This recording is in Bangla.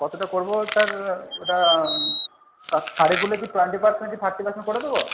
কতটা করবো স্যার ওটা তা শাড়িগুলো কি টোয়েন্টি পার্সেন্ট কি থার্টি পার্সেন্ট করে দেবো